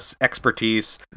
expertise